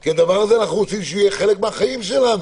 כי אנחנו רוצים שהדבר הזה יהיה חלק מהחיים שלנו,